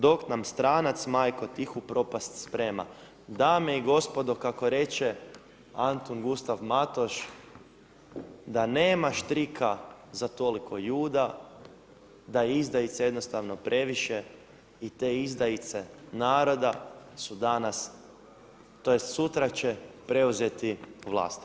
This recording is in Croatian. Dok nam stranac majko tihu propast sprema.“ Dame i gospodo kako reče Antun Gustav Matoč da nema štrika za toliko Juda, da je izdajica jednostavno previše i te izdajice naroda su danas, tj. sutra će preuzeti vlast.